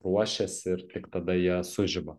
ruošiasi ir tik tada jie sužiba